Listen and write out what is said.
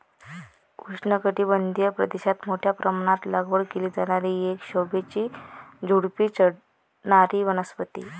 उष्णकटिबंधीय प्रदेशात मोठ्या प्रमाणात लागवड केली जाणारी एक शोभेची झुडुपी चढणारी वनस्पती